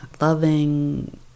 loving